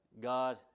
god